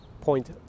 point